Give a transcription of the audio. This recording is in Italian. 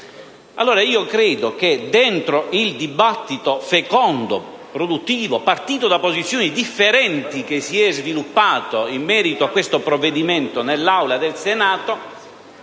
democrazia. Credo che il dibattito fecondo e produttivo, partito da posizioni differenti, che si è sviluppato in merito a questo provvedimento nell'Aula del Senato